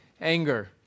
anger